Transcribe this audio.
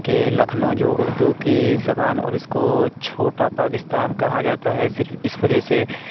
کہ لکھنؤ جو اردو کی زبان اور اس کو چھوٹا پاکستان کہا جاتا ہے صرف اس وجہ سے